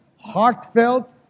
heartfelt